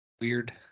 Weird